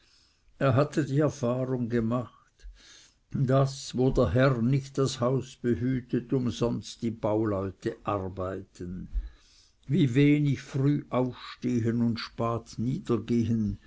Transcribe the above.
er hatte die erfahrung gemacht daß wo der herr nicht das haus behütet umsonst die bauleute arbeiten wie wenig früh aufstehn und spat niedergehen